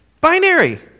Binary